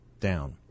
down